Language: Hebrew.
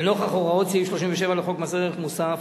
לנוכח הוראות סעיף 37 לחוק מס ערך מוסף,